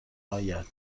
آید